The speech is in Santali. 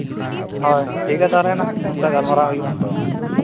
ᱦᱳᱭ ᱴᱷᱤᱠ ᱜᱮᱭᱟ ᱛᱟᱦᱚᱞᱮ ᱢᱟ ᱯᱷᱳᱱ ᱛᱮ ᱜᱟᱞᱢᱟᱨᱟᱣ ᱦᱩᱭᱩᱜᱼᱟ